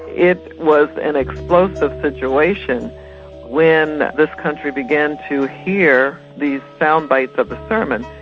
it was an explosive situation when this country began to hear these sound-bites of the sermons,